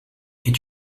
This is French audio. est